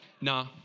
Nah